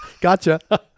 Gotcha